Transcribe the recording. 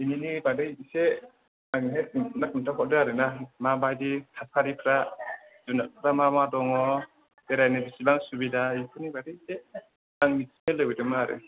बिनिनो बादै इसे आंनोहाय खोन्था हरदो आरोना माबायदि थासारिफ्रा जुनारफ्रा मा मा दङ बेरायनो बेसेबां सुबिदा बेफोरनि बादै इसे आं मिथिनो लुबैदोंमोन आरो